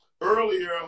earlier